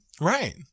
Right